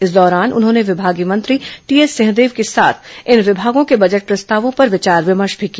इस दौरान उन्होंने विभागीय मंत्री टीएस सिंहदेव के साथ इन विभागों के बजट प्रस्तावों पर विचार विमर्श भी किया